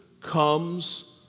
comes